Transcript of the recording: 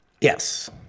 Yes